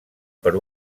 per